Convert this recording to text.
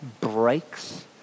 breaks